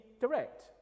direct